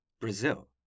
Brazil